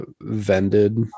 Vended